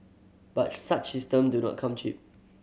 but such system do not come cheap